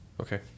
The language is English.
Okay